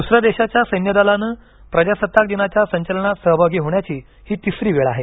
दुसऱ्या देशाच्यासैन्य दलानं प्रजासत्ताक दिनाच्या संचलनात सहभागी होण्याची ही तिसरी वेळ आहे